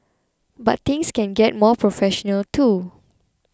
but things can get more professional too